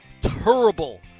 terrible